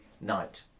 night